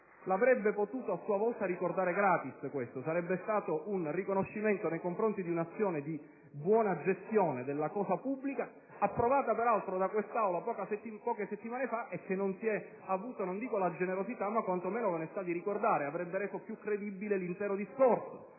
avrebbe potuto, a sua volta, ricordare gratis l'approvazione di tale misura: sarebbe stato un riconoscimento nei confronti di un'azione di buona gestione della cosa pubblica, approvata peraltro da quest'Aula poche settimane fa e che non si è avuto, non la generosità, ma quanto meno l'onestà, di ricordare. Ciò avrebbe reso più credibile l'intero discorso.